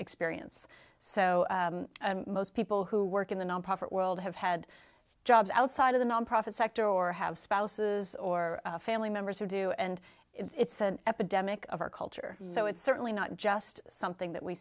experience so most people who work in the nonprofit world have had jobs outside of the nonprofit sector or have spouses or family members who do and it's an epidemic of our culture so it's certainly not just something that we